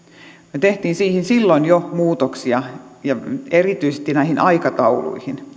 me teimme siihen silloin jo muutoksia ja erityisesti näihin aikatauluihin